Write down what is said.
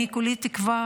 אני כולי תקווה